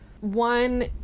One